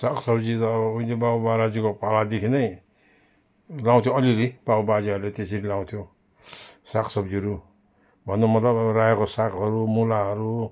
साग सब्जी त अब उहिले बाउ बराजुको पालो देखिनै लगाउँथ्यो अलि अलि बाउ बाजेहरूले त्यसरी लगाउँथ्यो साग सब्जीहरू भन्नुको मतलब रायोको सागहरू मुलाहरू